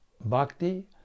bhakti